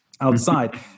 outside